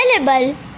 available